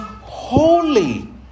holy